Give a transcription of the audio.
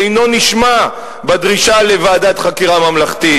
אינו נשמע בדרישה לוועדת חקירה ממלכתית?